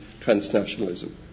transnationalism